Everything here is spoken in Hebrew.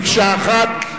מקשה אחת,